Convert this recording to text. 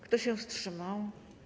Kto się wstrzymał?